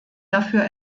dafür